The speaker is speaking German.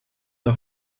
der